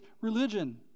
religion